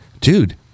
Dude